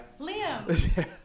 Liam